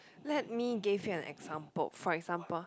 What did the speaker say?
let me give him an example for example